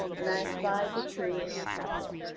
when i espied the tree and the chapel.